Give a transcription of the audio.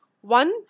One